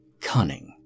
Cunning